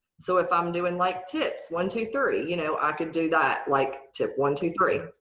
so if i'm doing like tips, one, two, three, you know i could do that. like, tip one, two, three,